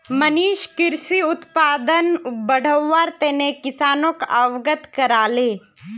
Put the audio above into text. मनीष कृषि उत्पादनक बढ़व्वार तने किसानोक अवगत कराले